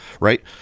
right